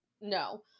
no